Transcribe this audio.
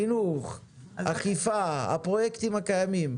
חינוך, אכיפה, הפרויקטים הקיימים.